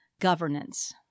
governance